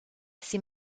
ces